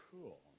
cool